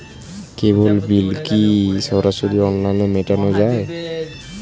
কেবল bill কি সরাসরি অনলাইনে মেটানো য়ায়?